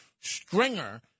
stringer